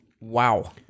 Wow